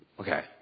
Okay